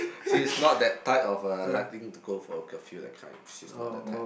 she's not that type of a liking to go for a curfew that kind she's not that type